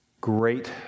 great